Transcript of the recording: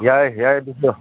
ꯌꯥꯏ ꯌꯥꯏ ꯑꯗꯨꯁꯨ